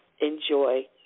Enjoy